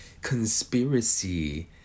conspiracy